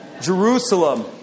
Jerusalem